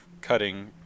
cutting